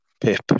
Pip